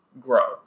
grow